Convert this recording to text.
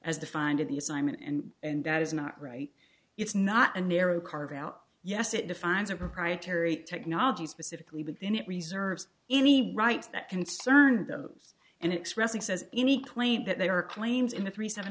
as defined in the assignment and and that is not right it's not a narrow carve out yes it defines a proprietary technology specifically but then it reserves any rights that concerned those and expressing says any claim that they are claims in the three seven